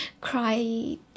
cry